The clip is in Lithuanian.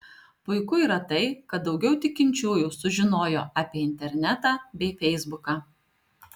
puiku yra tai kad daugiau tikinčiųjų sužinojo apie internetą bei feisbuką